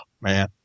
man